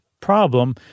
problem